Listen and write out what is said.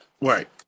Right